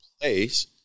place